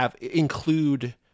include